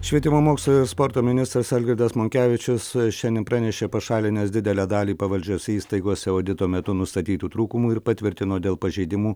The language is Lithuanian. švietimo mokslo ir sporto ministras algirdas monkevičius šiandien pranešė pašalinęs didelę dalį pavaldžiose įstaigose audito metu nustatytų trūkumų ir patvirtino dėl pažeidimų